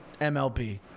MLB